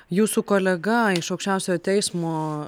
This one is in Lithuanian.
jūsų kolega iš aukščiausiojo teismo